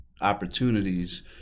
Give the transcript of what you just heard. opportunities